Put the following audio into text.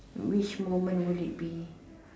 which moment would it be